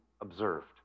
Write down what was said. observed